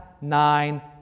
nine